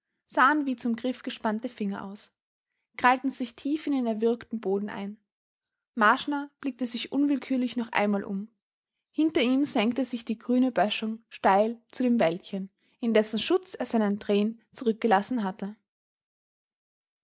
sahen wie zum griff gespannte finger aus krallten sich tief in den erwürgten boden ein marschner blickte sich unwillkürlich noch einmal um hinter ihm senkte sich die grüne böschung steil zu dem wäldchen in dessen schutz er seinen train zurückgelassen hatte